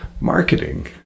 marketing